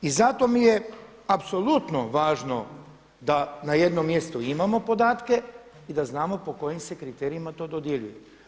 I zato mi je apsolutno važno da na jednom mjestu imamo podatke i da znamo po kojim se kriterijima to dodjeljuje.